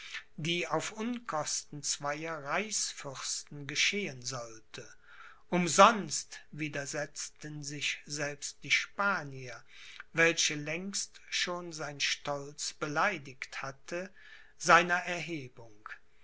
die auf unkosten zweier reichsfürsten geschehen sollte umsonst widersetzten sich selbst die spanier welche längst schon sein stolz beleidigt hatte seiner erhebung